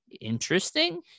interesting